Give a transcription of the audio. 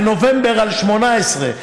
בנובמבר על 2018,